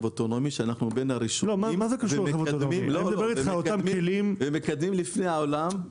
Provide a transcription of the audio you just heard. האוטונומי כאשר אנחנו בין הראשונים שמקדמים אותו לפני העולם.